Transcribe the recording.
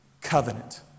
covenant